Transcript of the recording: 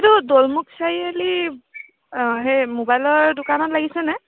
এইটো দলমুখ চাৰিআলি সেই মোবাইলৰ দোকানত লাগিছেনে